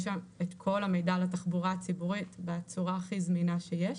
אפשר למצוא שם את כל המידע על התחבורה הציבורית בצורה הכי זמינה שיש.